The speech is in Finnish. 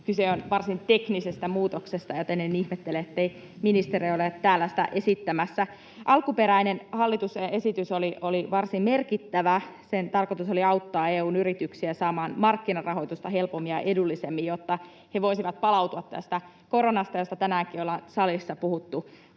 kyse on varsin teknisestä muutoksesta, joten en ihmettele, ettei ministeri ole täällä sitä esittelemässä. Alkuperäinen hallituksen esitys oli varsin merkittävä. Sen tarkoitus oli auttaa EU:n yrityksiä saamaan markkinarahoitusta helpommin ja edullisemmin, jotta he voisivat palautua tästä koronasta, josta tänäänkin ollaan salissa puhuttu